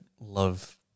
love